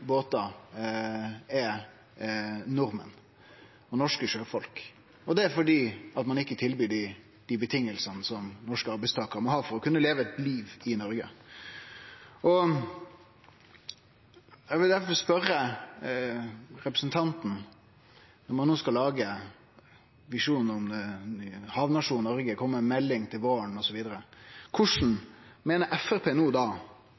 båtar, er nordmenn, norske sjøfolk. Det er fordi ein ikkje tilbyr dei vilkåra som norske arbeidstakarar må ha for å kunne leve eit liv i Noreg. Eg vil difor spørje representanten, når ein no skal lage ein visjon om havnasjonen Noreg, kome med ei melding til våren,